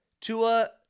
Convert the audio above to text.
Tua